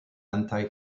anti